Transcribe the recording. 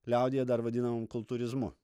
liaudyje dar vadinamamu kultūrizmu